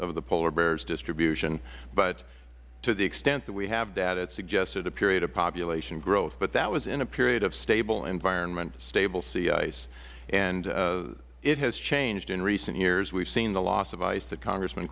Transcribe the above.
of the polar bear's distribution but to the extent that we have data it suggested a period of population growth but that was in a period of stable environment stable sea ice and it has changed in recent years we have seen the loss of ice that congressm